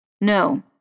No